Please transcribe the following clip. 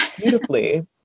beautifully